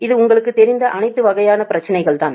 இது உங்களுக்குத் தெரிந்த அனைத்து வகையான பிரச்சனைகள் தான்